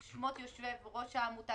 שמות יושב ראש העמותה,